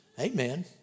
Amen